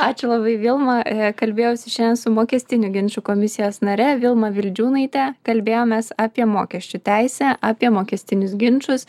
ačiū labai vilma kalbėjausi šiandien su mokestinių ginčų komisijos nare vilma vildžiūnaite kalbėjomės apie mokesčių teisę apie mokestinius ginčus